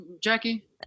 Jackie